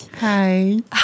Hi